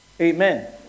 Amen